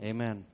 Amen